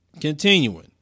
continuing